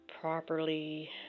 properly